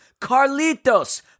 Carlitos